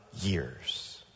years